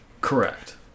Correct